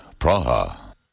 Praha